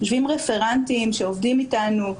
יושבים רפרנטים שעובדים איתנו.